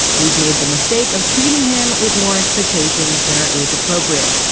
we've made the mistake of treating him with more expectations than our age appropriate.